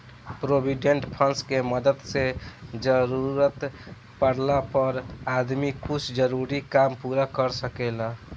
provident fund के मदद से जरूरत पाड़ला पर आदमी कुछ जरूरी काम पूरा कर सकेला